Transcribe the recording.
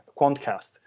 Quantcast